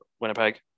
Winnipeg